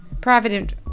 private